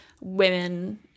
women